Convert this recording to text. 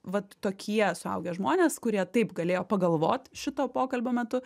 vat tokie suaugę žmonės kurie taip galėjo pagalvot šito pokalbio metu